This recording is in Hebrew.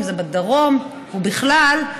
אם זה בדרום ובכלל,